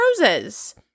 roses